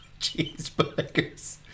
cheeseburgers